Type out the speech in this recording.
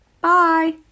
Bye